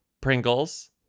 Pringles